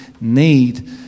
need